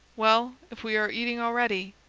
well, if we are eating already,